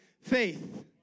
faith